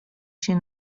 się